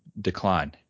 decline